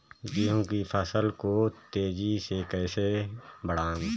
गेहूँ की फसल को तेजी से कैसे बढ़ाऊँ?